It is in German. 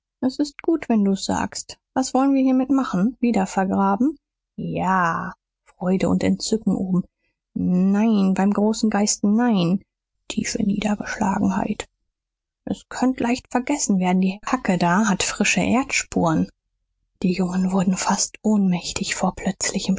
s ist gut wenn du's sagst was woll'n wir hiermit machen wieder vergraben ja freude und entzücken oben nein beim großen geist nein tiefe niedergeschlagenheit s könnt leicht vergessen werden die hacke da hat frische erdspuren die jungen wurden fast ohnmächtig vor plötzlichem